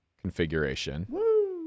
configuration